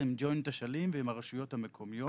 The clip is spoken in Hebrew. עם ג'וינט אשלים ועם הרשויות המקומיות.